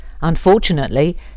Unfortunately